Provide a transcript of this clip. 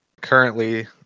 currently